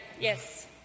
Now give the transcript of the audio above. Yes